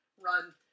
run